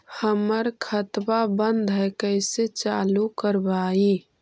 हमर खतवा बंद है कैसे चालु करवाई?